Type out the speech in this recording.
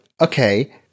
okay